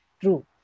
true